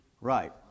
Right